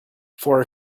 for